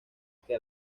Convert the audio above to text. que